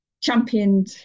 championed